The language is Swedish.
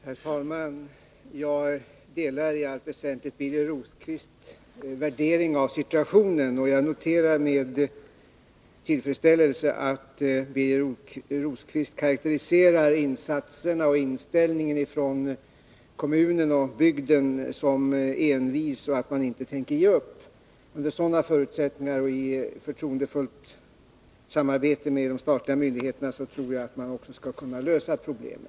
Herr talman! Jag delar i allt väsentligt Birger Rosqvists värdering av situationen, och jag noterar med tillfredsställelse att Birger Rosqvist karakteriserar insatserna och inställningen från kommunen och bygden som envisa och att man inte tänker ge upp. Jag tror att man under sådana förutsättningar och i förtroendefullt samarbete med de statliga myndigheterna också skall kunna lösa problemen.